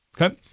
Okay